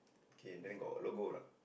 okay then got logo a not